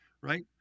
right